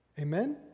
Amen